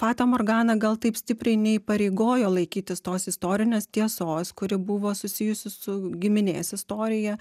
fata morgana gal taip stipriai neįpareigojo laikytis tos istorinės tiesos kuri buvo susijusi su giminės istorija